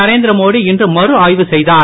நரேந்திர மோடி இன்று மறுஆய்வு செய்தார்